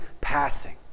passing